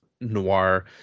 noir